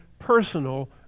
personal